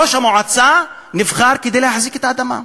ראש המועצה נבחר כדי להחזיק את האדמה.